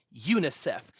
UNICEF